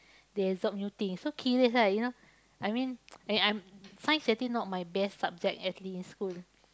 they absorb new things so curious ah you know I mean I'm I'm science actually not my best subject actually in school